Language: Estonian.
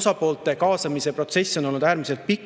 Osapoolte kaasamise protsess on olnud äärmiselt pikk